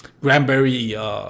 Granberry